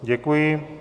Děkuji.